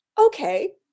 Okay